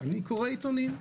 אני קורא עיתונים.